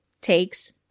takes